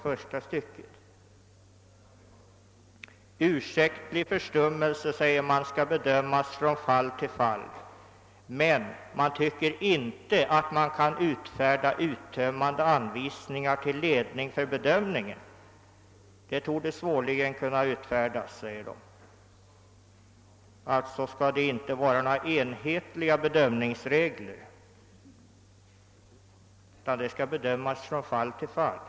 Huruvida ursäktlig försummelse föreligger, säger man, skall bedömas från fall till fall, men uttömmande anvisningar till ledning för bedömningen »torde svårligen kunna utfärdas». Det skall alltså inte vara någon enhetlig bedömning utan den skall göras från fall till fall.